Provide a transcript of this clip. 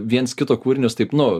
viens kito kūrinius taip nu